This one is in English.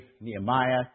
Nehemiah